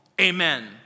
amen